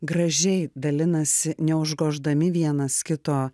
gražiai dalinasi neužgoždami vienas kito